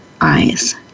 eyes